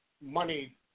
money